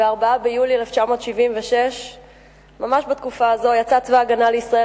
ב-4 ביולי 1976. ממש בתקופה הזו יצא צבא-הגנה לישראל